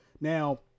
now